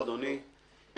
תודה, אדוני.